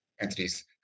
entities